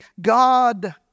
God